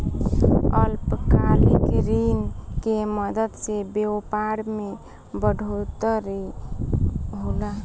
अल्पकालिक ऋण के मदद से व्यापार मे बढ़ोतरी होला